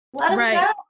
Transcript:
Right